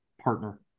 partner